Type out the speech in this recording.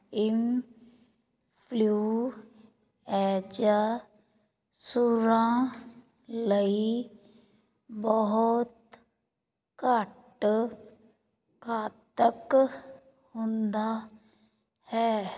influenza ਸੂਰਾਂ ਲਈ ਬਹੁਤ ਘੱਟ ਘਾਤਕ ਹੁੰਦਾ ਹੈ